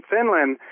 Finland